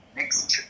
next